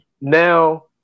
now